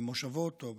במושבות או במושבים,